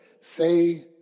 Say